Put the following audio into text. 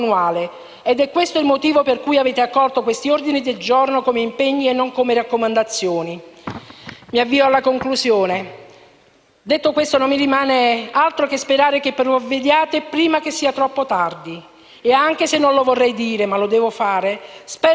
detto questo non mi rimane altro che sperare che provvediate prima che sia troppo tardi e - non lo vorrei dire, ma lo devo fare - spero che provvediate prima che si verifichi una tragedia nelle scuole o un atto di disperazione di cittadini privi ormai da mesi dello stipendio.